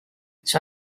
sur